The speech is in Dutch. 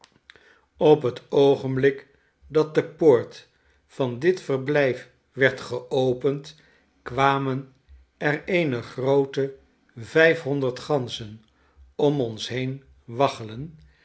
op het oogenblik dat de poort vandit verblijf werd geopend kwamen er eene groote vijfhonderd ganzen om ons heen